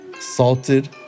Salted